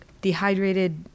dehydrated